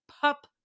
Pup